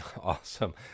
Awesome